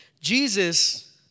Jesus